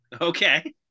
Okay